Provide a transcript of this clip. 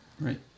right